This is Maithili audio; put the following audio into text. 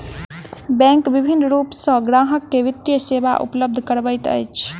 बैंक विभिन्न रूप सॅ ग्राहक के वित्तीय सेवा उपलब्ध करबैत अछि